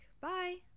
Bye